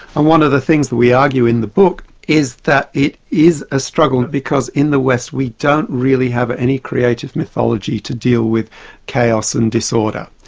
and one of the things that we argue in the book is that it is a struggle because in the west we don't really have any creative mythology to deal with chaos and disorder.